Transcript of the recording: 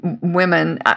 women